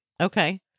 Okay